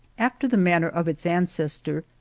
after the manner of its ancestor,